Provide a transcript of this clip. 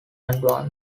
advance